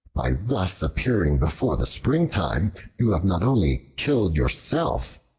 by thus appearing before the springtime you have not only killed yourself,